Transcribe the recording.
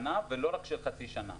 ולא רק של חצי שנה.